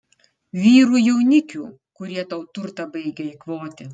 vyrų jaunikių kurie tau turtą baigia eikvoti